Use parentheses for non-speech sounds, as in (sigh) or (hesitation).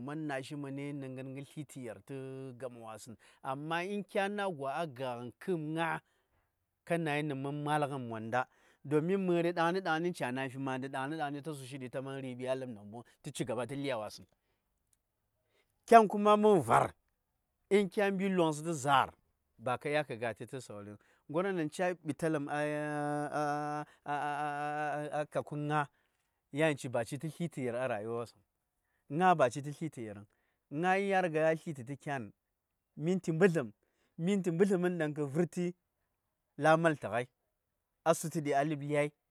man na: ki mən nə ngən-gh. sltə-ye:r tə gama wa:səŋ, amma kya na: gwa-gha ga:ghən kəm nga:, ka na:yi nə mən ma:lgən mondah, domin, mə:ri ɗngninɗgni ta sushiɗi ta ma:n ləɗi a ləb nambong tə ci-ken tə lya-wasəŋ. kya:ni kuma mən var, in kya mbi longsə tə za:r, ka zla-ghn longsə wa kya:t vəŋ. Ngirwon ɗaŋ ca: ɓitaləm a (hesitation) kab-kə ŋa:, ya:n ci tu, ci:yi:r sltəyer a rayuwa wos vəŋ. Ŋa: ba ci tə sltəyer vəŋ. Nga: ya sltə tə kya:n, minti ɓəsləm, la:à maltə ghai, minti ɓəsləŋəy ɗaŋ kə vərti, la: a maltə ghai, a su:tuɗi a ləb lyai.